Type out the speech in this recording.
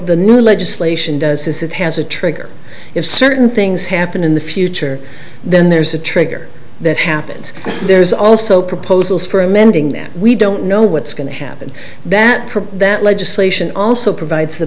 the new legislation does is it has a trigger if certain things happen in the future then there's a trigger that happens there's also proposals for amending that we don't know what's going to happen that that legislation also provides the